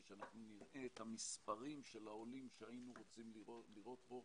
שנראה את המספרים של העולים שהיינו רוצים לראות פה,